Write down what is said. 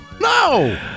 No